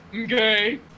Okay